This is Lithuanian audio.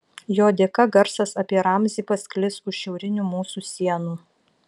jos dėka garsas apie ramzį pasklis už šiaurinių mūsų sienų